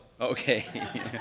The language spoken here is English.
Okay